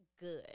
good